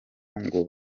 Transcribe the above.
ngo